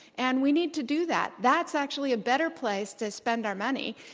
and we need to do that. that's actually a better place to spend our money.